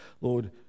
Lord